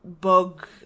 bug